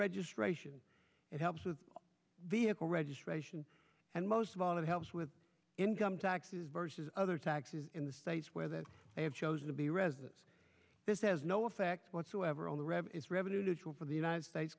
registration it helps with vehicle registration and most of all it helps with income taxes vs other taxes in the states where that they have chosen to be resident this has no effect whatsoever on the rev is revenue neutral for the united states